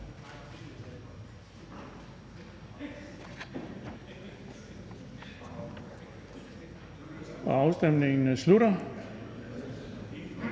Afstemningen slutter.